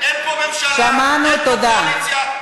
הסיום קרוב, חבר הכנסת בר.